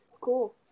Cool